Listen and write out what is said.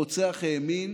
הרוצח האמין